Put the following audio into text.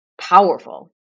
powerful